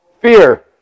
Fear